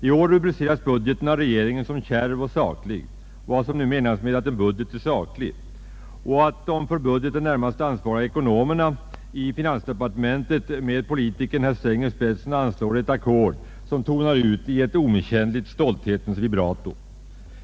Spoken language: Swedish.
I år rubriceras budgeten av regeringen som kärv och saklig — vad som nu menas med att en budget är saklig — och de för budgeten närmast ansvariga ekonomerna i finansdepartementet med politikern herr Sträng i spetsen anslär ett ackord som tonar ut i ett omisskännligt stolthetens vibrato.